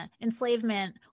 enslavement